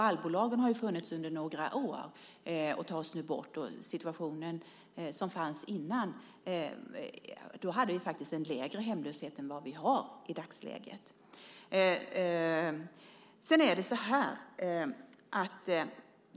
Allbolagen har ju funnits under några år och tas nu bort, och vad gäller situationen som fanns innan hade vi faktiskt en lägre hemlöshet än vad vi har i dagsläget.